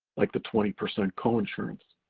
like the twenty percent coinsurance.